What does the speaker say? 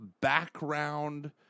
background